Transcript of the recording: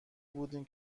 بودیم